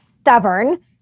stubborn